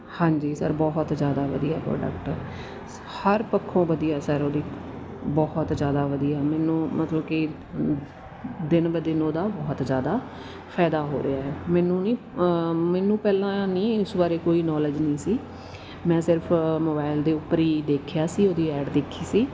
ਹਾਂਜੀ ਸਰ ਬਹੁਤ ਜ਼ਿਆਦਾ ਵਧੀਆ ਪ੍ਰੋਡਕਟ ਹਰ ਪੱਖੋਂ ਵਧੀਆ ਸਰ ਉਹਦੀ ਬਹੁਤ ਜ਼ਿਆਦਾ ਵਧੀਆ ਮੈਨੂੰ ਮਤਲਬ ਕਿ ਦਿਨ ਬ ਦਿਨ ਉਹਦਾ ਬਹੁਤ ਜ਼ਿਆਦਾ ਫਾਇਦਾ ਹੋ ਰਿਹਾ ਹੈ ਮੈਨੂੰ ਨਹੀਂ ਮੈਨੂੰ ਪਹਿਲਾਂ ਨਹੀਂ ਇਸ ਬਾਰੇ ਕੋਈ ਨੌਲੇਜ ਨਹੀਂ ਸੀ ਮੈਂ ਸਿਰਫ ਮੋਬਾਇਲ ਦੇ ਉੱਪਰ ਹੀ ਦੇਖਿਆ ਸੀ ਉਹਦੀ ਐਡ ਦੇਖੀ ਸੀ